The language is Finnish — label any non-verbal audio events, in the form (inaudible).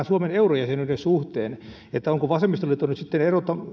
(unintelligible) suomen eurojäsenyyden suhteen eli onko vasemmistoliitto nyt sitten